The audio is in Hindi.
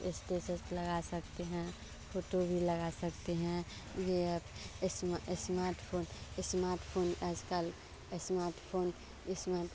स्टेसस लगा सकते हैं फोटो भी लगा सकते हैं जे इस्मा इस्मार्टफोन स्मार्टफोन आजकल स्मार्टफोन स्मार्ट